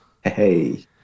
Hey